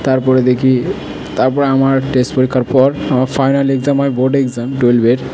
তারপরে দেখি তারপরে আমার টেস্ট পরীক্ষার পর আমার ফাইনাল এক্সাম হয় বোর্ডে এক্সাম টুয়েলভের